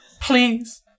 Please